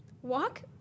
Walk